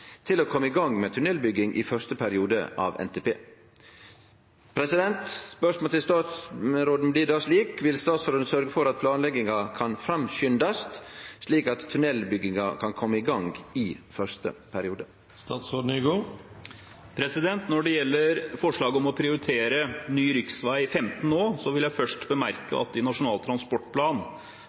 til å kome i gang med tunnelbygging i første periode av NTP. Vil statsråden nå sørge for at planlegginga kan framskundast, slik at tunnelbygginga kan kome i gang i første periode?» Når det gjelder forslaget om å prioritere ny rv. 15 nå, vil jeg først bemerke at det i Nasjonal transportplan